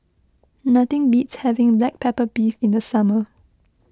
nothing beats having Black Pepper Beef in the summer